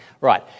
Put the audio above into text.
Right